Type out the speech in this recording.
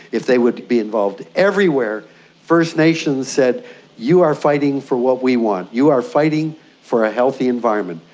if they would be involved. everywhere first nations said you are fighting for what we want, you are fighting for a healthy environment.